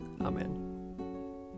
Amen